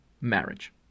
marriage